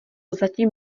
zatím